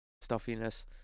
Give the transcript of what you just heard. stuffiness